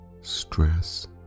stress